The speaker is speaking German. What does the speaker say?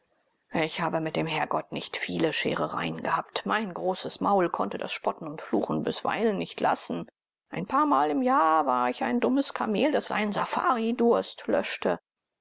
ich habe mit dem herrgott nicht viele scherereien gehabt mein grobes maul konnte das spotten und fluchen bisweilen nicht lassen ein paarmal im jahre war ich ein dummes kamel das seinen safaridurst löschte